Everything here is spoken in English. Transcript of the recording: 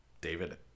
David